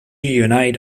unite